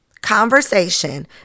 conversation